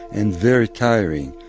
and very tiring